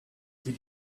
did